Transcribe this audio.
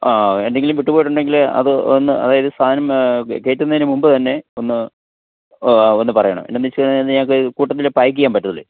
ആ എന്തെങ്കിലും വിട്ടുപോയിട്ടുണ്ടെങ്കിൽ അത് ഒന്ന് അതായത് സാധനം കയറ്റുന്നതിന് മുമ്പ് തന്നെ ഒന്ന് ഒന്ന് പറയണം എന്തെന്നു വച്ചാൽ ഞങ്ങൾക്ക് കൂട്ടത്തിൽ പായ്ക്ക് ചെയ്യാൻ പറ്റത്തുള്ളുമേ